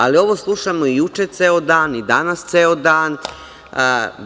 Ali, ovo slušamo i juče ceo dan i danas ceo dan.